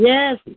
Yes